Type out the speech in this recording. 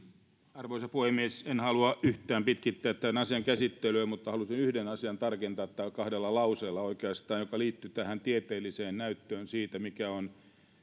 arvoisa puhemies en halua yhtään pitkittää tämän asian käsittelyä mutta halusin yhden asian tarkentaa kahdella lauseella oikeastaan joka liittyy tieteelliseen näyttöön siitä mikä on